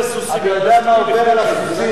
אתה יודע מה עובר על הסוסים, חבר הכנסת זאב?